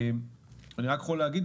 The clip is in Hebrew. אני רק יכול הגיד,